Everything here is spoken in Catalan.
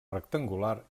rectangular